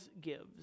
gives